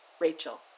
Rachel